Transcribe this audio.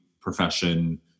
profession